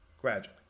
gradually